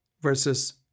versus